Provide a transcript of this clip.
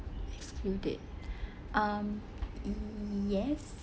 excluded um yes